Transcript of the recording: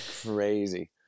crazy